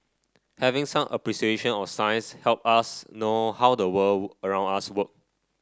having some appreciation of science help us know how the world around us work